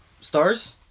Stars